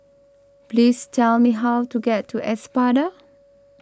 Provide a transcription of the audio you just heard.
please tell me how to get to Espada